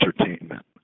entertainment